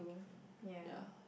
ya